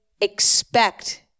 expect